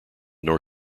nor